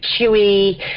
chewy